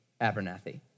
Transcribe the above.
Abernathy